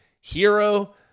hero